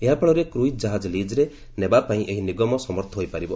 ଏହା ଫଳରେ କ୍ରଇଜ୍ କାହାଜ ଲିଜ୍ରେ ନେବା ପାଇଁ ଏହି ନିଗମ ସମର୍ଥ ହୋଇପାରିବ